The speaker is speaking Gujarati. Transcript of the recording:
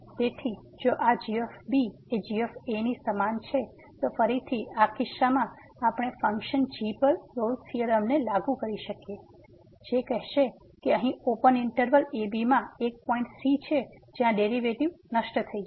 તેથી જો આ g એ g ની સમાન છે તો ફરીથી આ કિસ્સામાં આપણે ફંક્શન g પર રોલ્સRolle's થીયોરમને લાગુ કરી શકીએ છીએ જે કહેશે કે અહી ઓપન ઈંટરવલ ab માં એક પોઈંટ c છે જ્યાં ડેરીવેટીવ નષ્ટ થઈ જશે